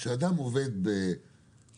כשאדם עובד באינסטלציה,